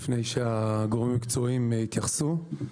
לפני שהגורמים המקצועיים יתייחסו.